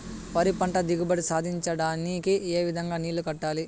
వరి పంట దిగుబడి సాధించడానికి, ఏ విధంగా నీళ్లు కట్టాలి?